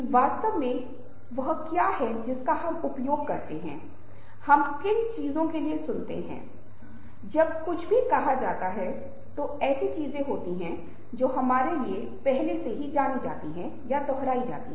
वास्तव में ये नाम इस महान ग्रीक दार्शनिकों के नामों के लिए सामने आए हैं और इन सभी संचार शैलियों के पीछे एक अर्थ है